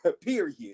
Period